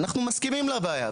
אנחנו מסכימים לבעיה,